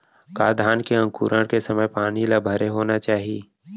का धान के अंकुरण के समय पानी ल भरे होना चाही?